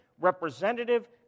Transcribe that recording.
representative